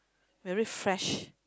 very fresh